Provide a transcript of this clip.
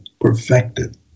perfected